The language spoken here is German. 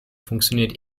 funktioniert